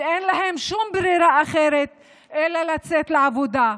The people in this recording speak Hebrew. אין להן שום ברירה אחרת אלא לצאת לעבודה.